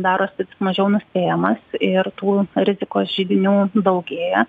darosi mažiau nuspėjamas ir tų rizikos židinių jų daugėja